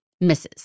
misses